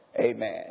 amen